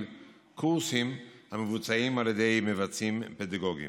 קורסים המבוצעים על ידי מבצעים פדגוגיים.